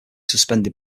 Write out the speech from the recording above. suspended